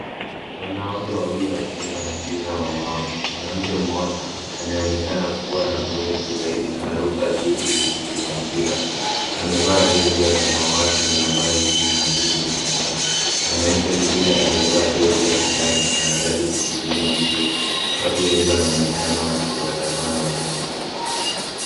Wanawake wawili wakicheza mpira wa wavu. Mwanamke mmoja anayeonekana kuwa na urefu zaidi anaruka juu ilikupiga mpira. Amevaa jezi ya samawati na nambari kumi na mbili mgongoni. Mwanamke mwingine aliyevaa jezi ya kijani anajaribu kuzuia mpira. Watu wengi wanaonekana wakiwatazama nyuma.